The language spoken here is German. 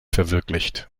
verwirklicht